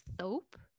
soap